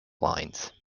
lines